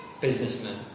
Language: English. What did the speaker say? businessman